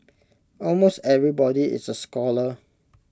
almost everybody is A scholar